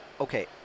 okay